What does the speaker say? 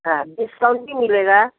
हाँ डिस्काउंट भी मिलेगा